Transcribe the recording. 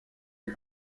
est